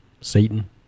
Satan